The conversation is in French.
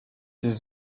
des